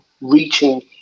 reaching